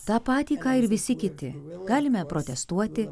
tą patį ką ir visi kiti galime protestuoti